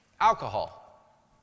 alcohol